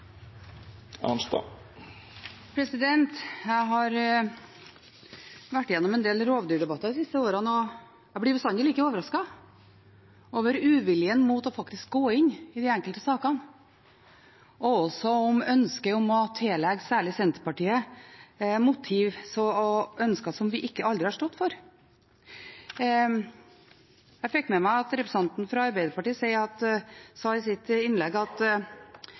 jeg blir bestandig like overrasket over uviljen mot å gå inn i de enkelte sakene og også over ønsket om å tillegge særlig Senterpartiet motiv og ønsker som vi aldri har stått for. Jeg fikk med meg at representanten fra Arbeiderpartiet sa i sitt innlegg at